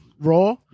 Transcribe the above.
Raw